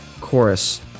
chorus